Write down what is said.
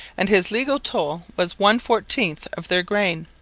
and his legal toll was one-fourteenth of their grain.